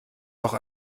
doch